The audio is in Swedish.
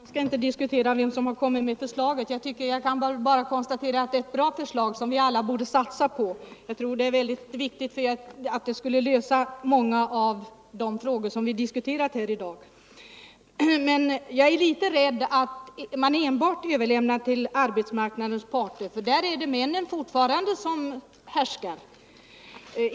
Herr talman! Jag skall inte diskutera vem som kommit först med förslaget. Jag vill bara konstatera att det är ett bra förslag som alla borde satsa på. Jag tror att det skulle lösa många av de frågor som vi diskuterat här i dag. Men jag är litet rädd för att man bara överlämnar denna fråga till arbetsmarknadens parter, för där är det fortfarande männen som härskar.